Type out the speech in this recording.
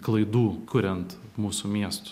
klaidų kuriant mūsų miestus